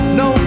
no